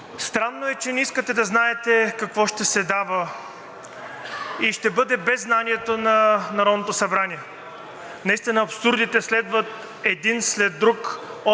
странно е, че не искате да знаете какво ще се дава и ще бъде без знанието на Народното събрание. Наистина абсурдите следват един след друг от